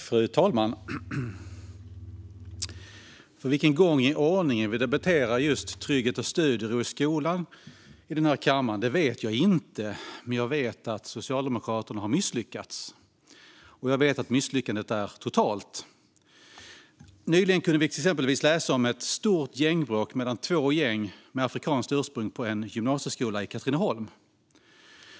Fru talman! För vilken gång i ordningen vi debatterar just trygghet och studiero i skolan i denna kammare vet jag inte. Men jag vet att Socialdemokraterna har misslyckats, och jag vet att misslyckandet är totalt. Nyligen kunde vi exempelvis läsa om ett stort gängbråk mellan två gäng med afrikanskt ursprung på en gymnasieskola i Katrineholm.